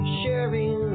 sharing